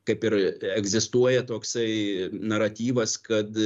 kaip ir egzistuoja toksai naratyvas kad